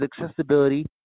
accessibility